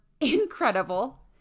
incredible